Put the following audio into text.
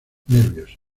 nervios